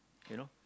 you know